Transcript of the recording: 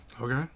Okay